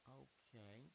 okay